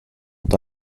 ont